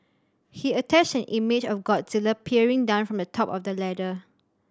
he attached an image of Godzilla peering down from the top of the ladder